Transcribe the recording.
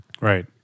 Right